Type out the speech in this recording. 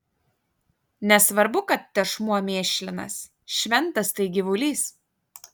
nesvarbu kad tešmuo mėšlinas šventas tai gyvulys